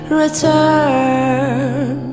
return